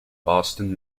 boston